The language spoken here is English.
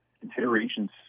considerations